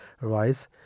rise